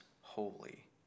holy